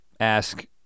ask